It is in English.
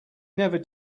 never